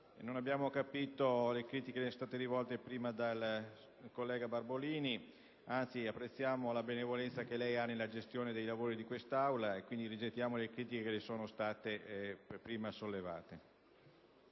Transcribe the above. Non abbiamo compreso le critiche che le sono state prima rivolte dal collega Barbolini, anzi, apprezziamo la benevolenza che mostra nella gestione dei lavori di quest'Aula. Quindi, rigettiamo le critiche che le sono state in precedenza